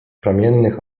promiennych